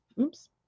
Oops